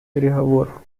переговоров